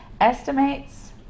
Estimates